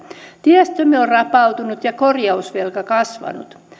tiestömme on rapautunut ja korjausvelka kasvanut